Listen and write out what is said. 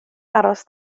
aros